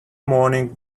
morning